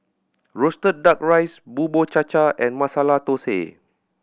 roasted Duck Rice Bubur Cha Cha and Masala Thosai